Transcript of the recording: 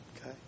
Okay